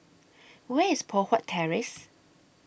Where IS Poh Huat Terrace